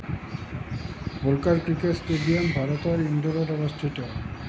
Holkar cricket stadium ভাৰতৰ ইন্দোৰত অৱস্থিত